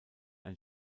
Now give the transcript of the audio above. ein